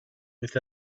with